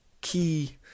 key